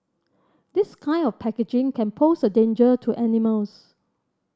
this kind of packaging can pose a danger to animals